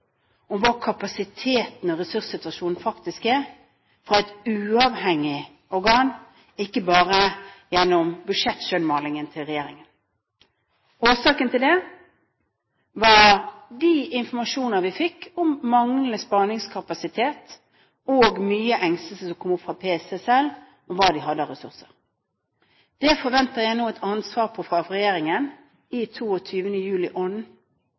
om hvordan kapasiteten og ressurssituasjonen faktisk er, fra et uavhengig organ, ikke bare gjennom budsjettskjønnmalingen til regjeringen. Årsaken til det var de informasjoner vi fikk om manglende spaningskapasitet og mye engstelse som kom fra PST selv for hva de hadde av ressurser. Det forventer jeg nå et annet svar på fra regjeringen i